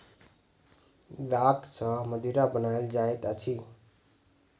दाख सॅ मदिरा बनायल जाइत अछि